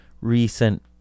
recent